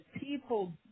people